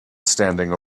standing